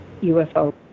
UFO